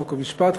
חוק ומשפט,